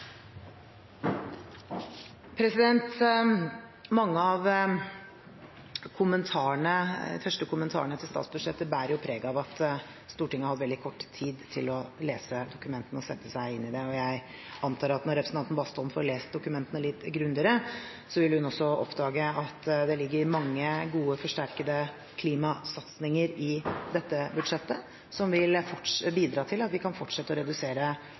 Mange av de første kommentarene til statsbudsjettet bærer preg av at Stortinget har hatt veldig kort tid til å lese dokumentene og sette seg inn i dem. Jeg antar at når representanten Bastholm får lest dokumentene litt grundigere, vil hun også oppdage at det ligger mange gode, forsterkede klimasatsinger i dette budsjettet, som vil bidra til at vi kan fortsette å redusere